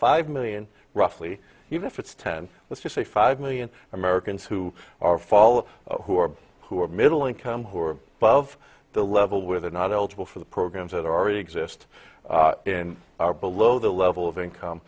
five million roughly even if it's ten let's just say five million americans who are following who are who are middle income who are above the level where they're not eligible for the programs that are already exist in our below the level of income